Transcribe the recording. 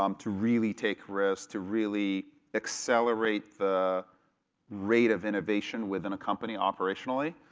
um to really take risks, to really accelerate the rate of innovation within a company operationally.